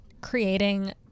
creating